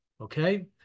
okay